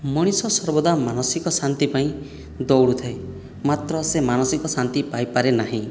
ମଣିଷ ସର୍ବଦା ମାନସିକ ଶାନ୍ତି ପାଇଁ ଦୌଡ଼ୁଥାଏ ମାତ୍ର ସେ ମାନସିକ ଶାନ୍ତି ପାଇପାରେନାହିଁ